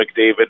McDavid